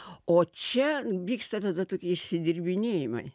o čia vyksta tada tokie išsidirbinėjimai